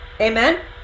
amen